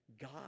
God